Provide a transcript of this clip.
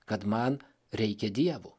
kad man reikia dievo